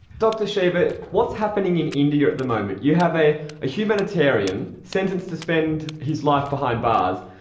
dr shiva what's happening in india at the moment, you have a humanitarian sentenced to spend his life behind bars,